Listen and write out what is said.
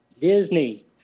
Disney